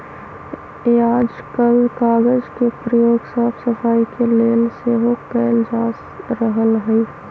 याजकाल कागज के प्रयोग साफ सफाई के लेल सेहो कएल जा रहल हइ